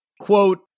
Quote